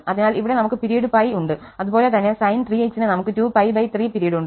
അതിനാൽ ഇവിടെ നമുക്ക് പിരീഡ് π ഉണ്ട് അതുപോലെ തന്നെ sin 3x ന് നമുക്ക് 2π3 പിരീഡ് ഉണ്ട്